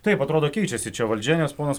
taip atrodo keičiasi čia valdžia nes ponas